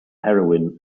heroine